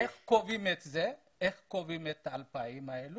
אני אומר לך איך קובעים את ה-2,000 האלה.